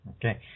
Okay